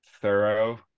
thorough